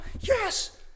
yes